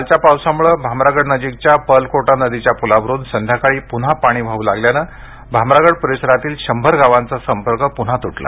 कालच्या पावसामुळे भामरागडनजिकच्या पर्लकोटा नदीच्या पुलावरुन संध्याकाळी पुन्हा पाणी वाहू लागल्यानं भामरागड परिसरातील शंभर गावांचा संपर्क पुन्हा तुटला